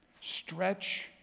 Stretch